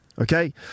Okay